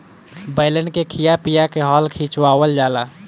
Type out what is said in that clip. बैलन के खिया पिया के हल खिचवावल जाला